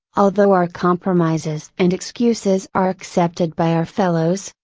although our compromises and excuses are accepted by our fellows,